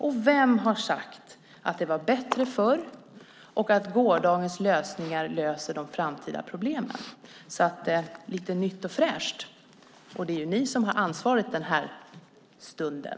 Och vem har sagt att det var bättre förr och att gårdagens lösningar löser de framtida problemen? Lite nytt och fräscht vill vi se. Det är ni som har ansvaret den här stunden.